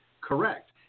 correct